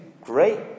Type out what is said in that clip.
great